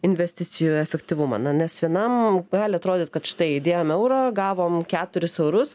investicijų efektyvumą na nes vienam gali atrodyt kad štai įdėjom eurą gavom keturis eurus